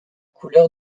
couleurs